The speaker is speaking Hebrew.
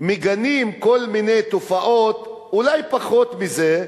מגנים כל מיני תופעות אולי פחות מזה,